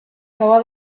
gaua